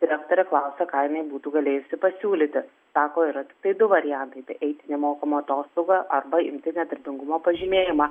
direktorė klausia ką jinai būtų galėjusi pasiūlyti sako yra tiktai du variantai tai eiti nemokamų atostogų arba imti nedarbingumo pažymėjimą